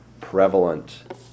prevalent